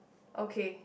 okay